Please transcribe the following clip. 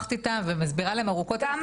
משוחחת איתן ומסבירה להן ארוכות --- כמה